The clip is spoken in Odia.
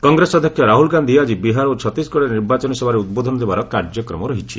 କଂଗ୍ରେସ ଅଧ୍ୟକ୍ଷ ରାହୁଲ ଗାନ୍ଧୀ ଆଜି ବିହାର ଓ ଛତିଶଗଡ଼ରେ ନିର୍ବାଚନୀ ସଭାରେ ଉଦ୍ବୋଧନ ଦେବାର କାର୍ଯ୍ୟକ୍ରମ ରହିଛି